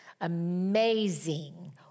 amazing